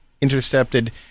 intercepted